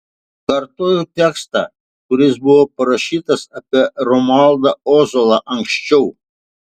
kartoju tekstą kuris buvo parašytas apie romualdą ozolą anksčiau